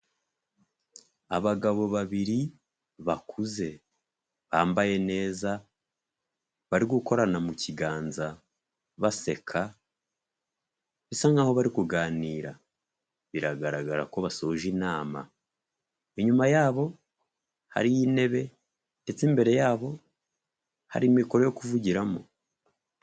Abagabo babiri, bakuze, bambaye neza, bari gukorana mu kiganza, baseka, bisa nkaho bari kuganira, biragaragara ko bashoje inama, inyuma yabo hariyo intebe ndetse imbere yabo hari mikoro yo kuvugiramo.